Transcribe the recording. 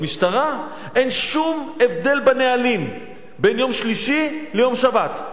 במשטרה אין שום הבדל בנהלים בין יום שלישי ליום שבת.